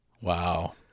Wow